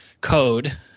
code